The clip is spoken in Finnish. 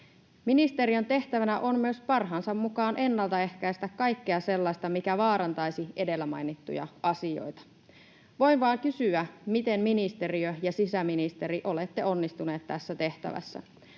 Ministeriön tehtävänä on myös parhaansa mukaan ennalta ehkäistä kaikkea sellaista, mikä vaarantaisi edellä mainittuja asioita. Voi vain kysyä, miten, ministeriö ja sisäministeri, olette onnistuneet tässä tehtävässä.